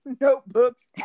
notebooks